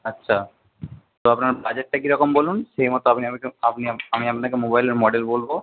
আচ্ছা তো আপনার বাজেটটা কীরকম বলুন সেই মতো আপনি আপনি আমি আপনাকে মোবাইলের মডেল বলব